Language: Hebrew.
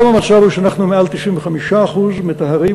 היום המצב הוא שאנחנו מעל 95% מהמים מטהרים,